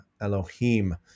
Elohim